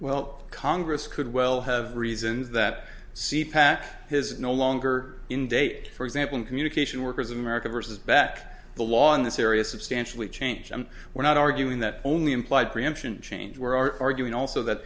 well congress could well have reasons that see pat has no longer in date for example in communication workers of america versus back the law in this area substantially change and we're not arguing that only implied preemption change where our argument also that